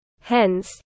Hence